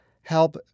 help